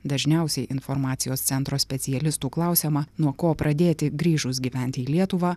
dažniausiai informacijos centro specialistų klausiama nuo ko pradėti grįžus gyventi į lietuvą